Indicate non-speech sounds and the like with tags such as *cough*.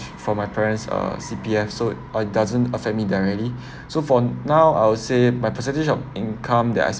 for my parents uh C_P_F so uh doesn't affect me directly *breath* so for now I would say my percentage of income that I